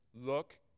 Look